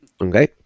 Okay